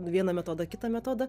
vieną metodą kitą metodą